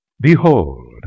Behold